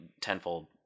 tenfold